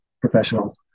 professional